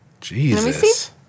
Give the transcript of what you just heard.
jesus